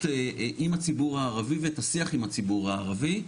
עם הציבור הערבי ואת השיח עם הציבור הערבי.